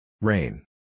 Rain